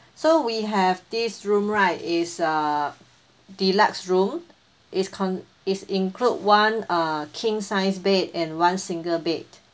so we have this room right is a deluxe room is con~ is include one uh king size bed and one single bed